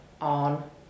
on